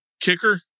kicker